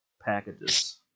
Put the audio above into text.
packages